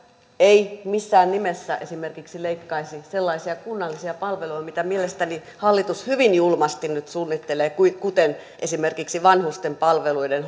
ei missään nimessä esimerkiksi leikkaisi sellaisia kunnallisia palveluja mitä mielestäni hallitus hyvin julmasti nyt suunnittelee kuten esimerkiksi vanhustenpalveluiden